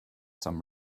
some